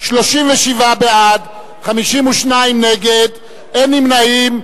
37 בעד, 52 נגד, אין נמנעים.